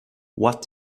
what